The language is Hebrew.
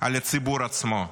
על הציבור עצמו.